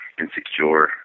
insecure